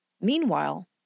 Meanwhile